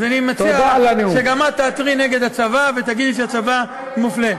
אז אני מציע שגם את תעתרי נגד הצבא ותגידי שהצבא מפלה.